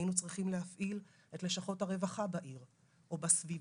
היינו צריכים להפעיל את לשכות הרווחה בעיר או בסביבה.